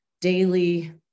daily